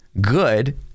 good